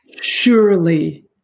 Surely